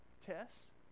tests